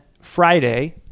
Friday